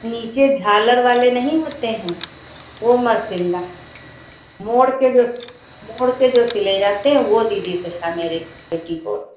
नीचे झालर वाले नहीं होते हैं वह मत सिलना मोड़कर जो मोड़कर जो सिले जाते हैं वह दीदी सिलना मेरे पेटीकोट